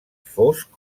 fosc